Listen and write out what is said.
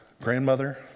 Grandmother